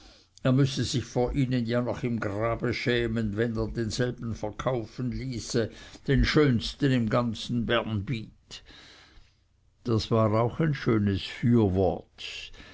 er müßte sich ja vor ihnen noch im grabe schämen wenn er denselben verkaufen ließe den schönsten im ganzen bernbiet das war auch ein schönes fürwort